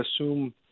assume